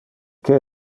que